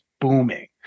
booming